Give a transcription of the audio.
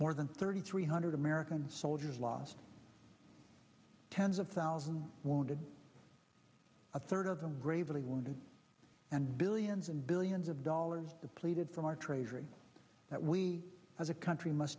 more than thirty three hundred american soldiers lost tens of thousands wounded a third of them gravely wounded and billions and billions of dollars depleted from our treasury that we as a country must